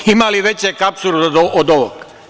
Ima li većeg apsurda od ovog?